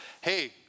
Hey